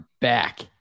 back